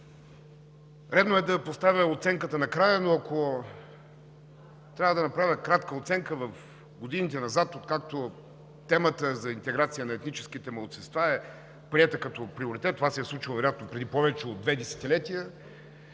Редно е да поставя оценката накрая, но ако трябва да направя кратка оценка в годините назад, откакто темата за интеграция на етническите малцинства е приета като приоритет – това се е случило вероятно повече от две десетилетия,